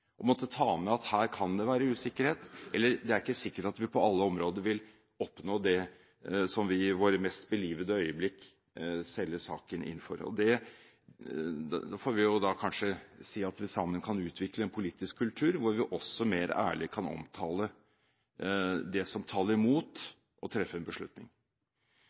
å måtte ta med at her kan det være usikkerhet, eller at det ikke er sikkert at vi på alle områder vil oppnå det som vi i våre mest belivede øyeblikk selger saken inn for. Kanskje kan vi sammen utvikle en politisk kultur hvor vi mer ærlig kan omtale det som taler imot, og treffe en beslutning.